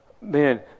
Man